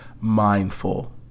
mindful